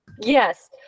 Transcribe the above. yes